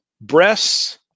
breasts